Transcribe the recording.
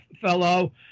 fellow